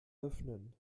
öffnen